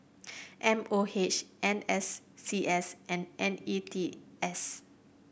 M O H N S C S and N E T S